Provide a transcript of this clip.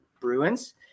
bruins